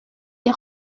des